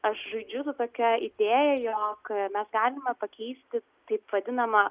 aš žaidžiu su tokia idėja jog mes galime pakeisti taip vadinamą